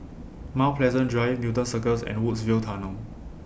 Mount Pleasant Drive Newton Circus and Woodsville Tunnel